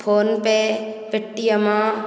phone pay Paytm